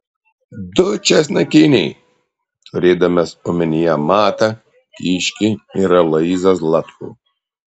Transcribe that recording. du česnakiniai turėdamas omenyje matą kiškį ir aloyzą zlatkų